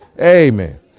Amen